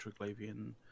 Triglavian